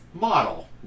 model